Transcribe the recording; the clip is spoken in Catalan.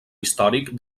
històric